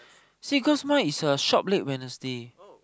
see cause mine is uh shop late Wednesday